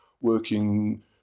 working